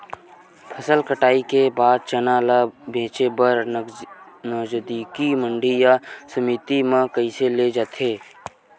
फसल कटाई के बाद चना ला बेचे बर नजदीकी मंडी या समिति मा कइसे ले जाथे?